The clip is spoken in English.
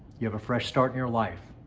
you have a fresh start in your life.